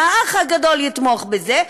ו"האח הגדול" יתמוך בזה,